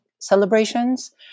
celebrations